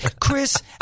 Chris